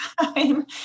time